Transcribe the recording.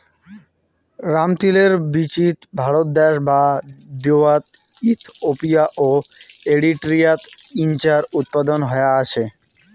রামতিলের বীচিত ভারত দ্যাশ বাদ দিয়াও ইথিওপিয়া ও এরিট্রিয়াত ইঞার উৎপাদন হয়া আছে